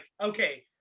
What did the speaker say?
Okay